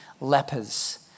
lepers